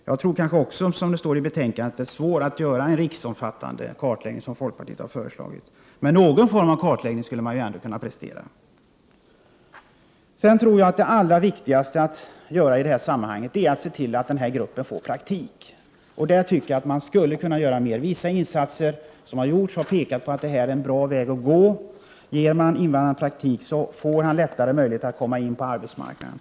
Jag tror också, som det står i betänkandet, att det är svårt att göra en riksomfattande kartläggning, vilket folkpartiet har föreslagit. Men någon form av kartläggning skulle man ju ändå kunna prestera. Jag tror vidare att det allra viktigaste i detta sammanhang är att man ser till att denna grupp får praktik. På det området tycker jag att man skulle kunna göra mer. Vissa insatser som har gjorts har pekat på att detta är en bra väg att gå. Ger man invandrare praktik så får de lättare möjlighet att komma in på arbetsmarknaden.